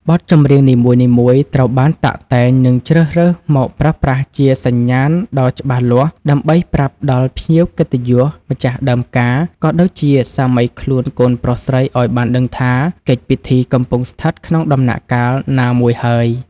បទចម្រៀងនីមួយៗត្រូវបានតាក់តែង និងជ្រើសរើសមកប្រើប្រាស់ជាសញ្ញាណដ៏ច្បាស់លាស់ ដើម្បីប្រាប់ដល់ភ្ញៀវកិត្តិយស ម្ចាស់ដើមការ ក៏ដូចជាសាមីខ្លួនកូនប្រុសស្រីឱ្យបានដឹងថា កិច្ចពិធីកំពុងស្ថិតក្នុងដំណាក់កាលណាមួយហើយ។